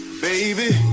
baby